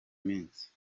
minsi